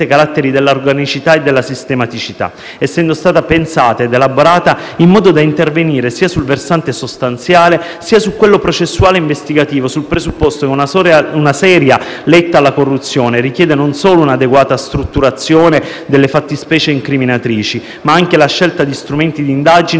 caratteri della organicità e della sistematicità, essendo stata pensata ed elaborata in modo da intervenire sul versante sia sostanziale che processuale investigativo, sul presupposto che una seria lotta alla corruzione richiede non solo un'adeguata strutturazione delle fattispecie incriminatrici, ma anche la scelta di strumenti di indagine